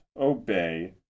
obey